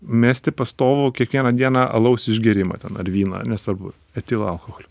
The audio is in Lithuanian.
mesti pastovų kiekvieną dieną alaus išgėrimą ten ar vyną nesvarbu etilo alkoholio